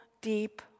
deep